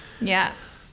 Yes